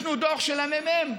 ביקשנו דוח של הממ"מ.